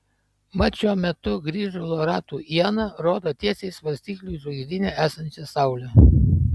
mat šiuo metu grįžulo ratų iena rodo tiesiai į svarstyklių žvaigždyne esančią saulę